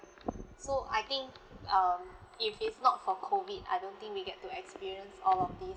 so I think um if is not for COVID I don't think we get to experience all of this